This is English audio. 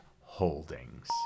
holdings